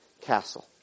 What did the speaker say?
castle